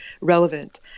relevant